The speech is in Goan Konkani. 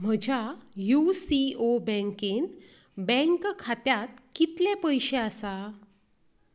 म्हज्या यू सी ओ बँकेन बँक खात्यात कितले पयशे आसा